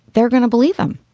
they're going to believe them.